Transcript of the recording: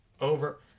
Over